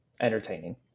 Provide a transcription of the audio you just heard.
entertaining